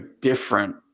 different